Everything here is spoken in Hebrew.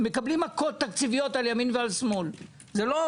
בתקופה הזאת מעלים את המחירים של השקיות.